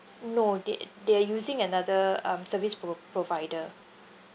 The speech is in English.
no they they are using another um service pro~ provider